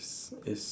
it's